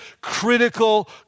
critical